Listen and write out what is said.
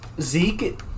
Zeke